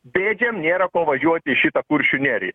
bėdžiam nėra ko važiuot į šitą kuršių neriją